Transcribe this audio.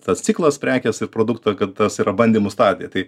tas ciklas prekės ir produkto kad tas yra bandymų stadijoje